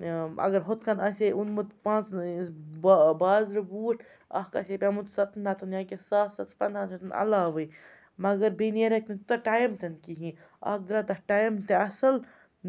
اَگر ہُتھ کٔنۍ آسہِ ہے اوٚنمُت پانٛژن بازرٕ بوٗٹھ اَکھ آسہِ ہے پیوٚمُت سَتن ہَتَن یا کہِ ساسس پَنٛدہَن شَتَن علاوٕے مگر بیٚیہِ نیرِہٮ۪کھ نہٕ تیوٗتاہ ٹایم تہِ نہٕ کِہیٖنۍ اَکھ درٛاو تَتھ ٹایم تہِ اَصٕل